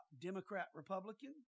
Democrat-Republican